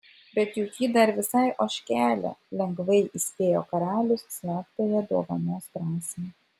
bet juk ji dar visai ožkelė lengvai įspėjo karalius slaptąją dovanos prasmę